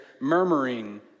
murmuring